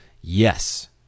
yes